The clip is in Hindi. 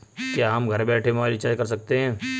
क्या हम घर बैठे मोबाइल रिचार्ज कर सकते हैं?